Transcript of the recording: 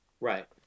Right